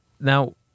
Now